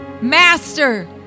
Master